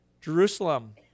Jerusalem